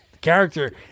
character